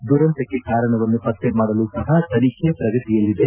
ದುರಂತಕ್ಕೆ ಕಾರಣವನ್ನು ಪತ್ತೆ ಮಾಡಲು ಸಹ ತನಿಖೆ ಪ್ರಗತಿಯಲ್ಲಿದೆ